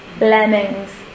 lemmings